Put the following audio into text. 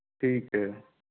ਠੀਕ ਹੈ